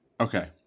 okay